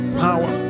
power